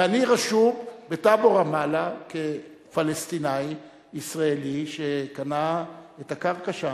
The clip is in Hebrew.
ואני רשום בטאבו רמאללה כפלסטיני-ישראלי שקנה את הקרקע שם.